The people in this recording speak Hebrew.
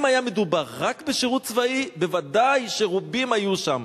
אם היה מדובר רק בשירות צבאי, ודאי שרבים היו שם.